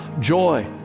Joy